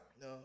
No